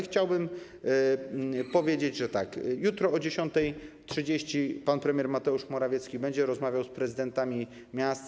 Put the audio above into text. Chciałbym powiedzieć, że jutro o godz. 10.30 pan premier Mateusz Morawiecki będzie rozmawiał z prezydentami miast.